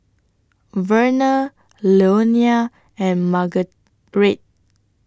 Verner Leonia and Marguerite